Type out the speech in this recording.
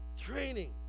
training